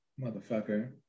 Motherfucker